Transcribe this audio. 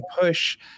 push